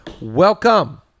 Welcome